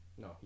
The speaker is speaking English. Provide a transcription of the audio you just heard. No